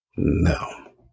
No